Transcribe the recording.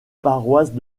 paroisses